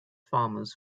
farmers